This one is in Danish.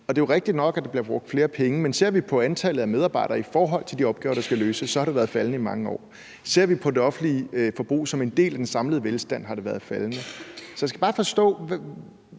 det er jo rigtigt nok, at der bliver brugt flere penge, men ser vi på antallet af medarbejdere i forhold til de opgaver, der skal løses, så har det været faldende i mange år. Ser vi på det offentlige forbrug som en del af den samlede velstand, har det været faldende. Så jeg skal bare forstå,